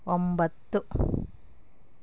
ಒಂಬತ್ತು